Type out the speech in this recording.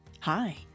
Hi